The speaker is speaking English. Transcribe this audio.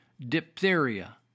diphtheria